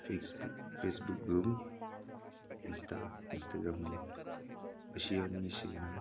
Facebook ꯐꯦꯖꯕꯨꯛꯒ Insta ꯏꯟꯁꯇꯥꯒ꯭ꯔꯥꯝꯒ ꯑꯁꯤ ꯑꯅꯤꯁꯤꯅ